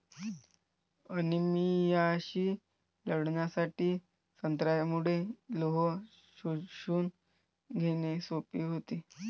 अनिमियाशी लढण्यासाठी संत्र्यामुळे लोह शोषून घेणे सोपे होते